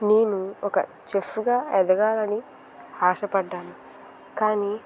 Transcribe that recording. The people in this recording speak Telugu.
నేను ఒక చెఫ్గా ఎదగాలని ఆశపడ్డాను కానీ